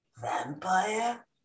vampire